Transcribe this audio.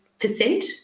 percent